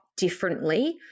Differently